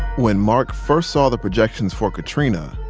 when mark first saw the projections for katrina,